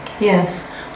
Yes